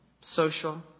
social